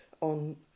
on